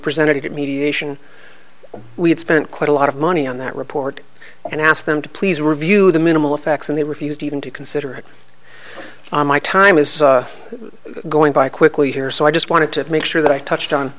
presented at mediation we had spent quite a lot of money on that report and asked them to please review the minimal effects and they refused even to consider on my time is going by quickly here so i just wanted to make sure that i touched on